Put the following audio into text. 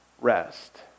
rest